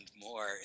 more